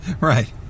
right